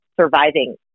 surviving